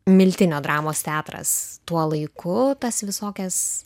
miltinio dramos teatras tuo laiku tas visokias